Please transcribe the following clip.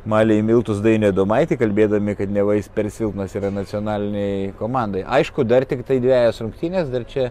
malė į miltus dainių adomaitį kalbėdami kad neva jis per silpnas ir nacionalinėj komandoj aišku dar tiktai dvejos rungtynes dar čia